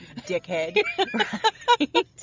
dickhead